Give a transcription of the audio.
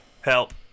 Help